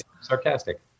sarcastic